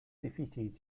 defeated